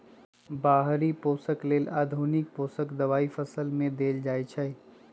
बाहरि पोषक लेल आधुनिक पोषक दबाई फसल में देल जाइछइ